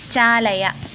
चालय